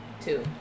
Two